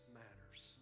matters